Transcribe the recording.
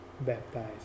baptized